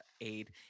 aid